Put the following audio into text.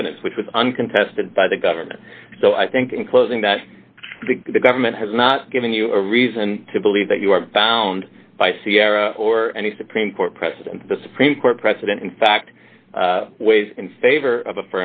evidence which was uncontested by the government so i think in closing that the government has not given you a reason to believe that you are bound by sierra or any supreme court precedent the supreme court precedent in fact weighs in favor of